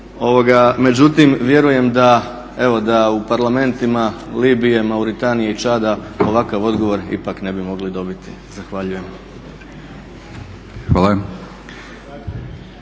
Međutim vjerujem da, evo da u parlamentima Libije, Mauritanije i Čada ovakav odgovor ipak ne bi mogli dobiti. Zahvaljujem.